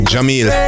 Jamil